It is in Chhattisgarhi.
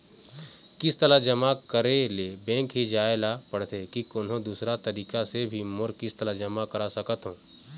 किस्त ला जमा करे ले बैंक ही जाए ला पड़ते कि कोन्हो दूसरा तरीका से भी मोर किस्त ला जमा करा सकत हो?